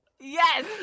Yes